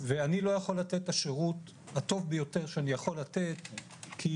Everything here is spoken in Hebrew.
ואני לא יכול לתת את השירות הטוב ביותר שאני יכול לתת כי,